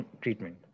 treatment